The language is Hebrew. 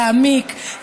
להעמיק,